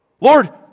Lord